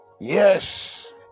yes